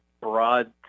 broad